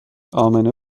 امنه